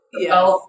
Yes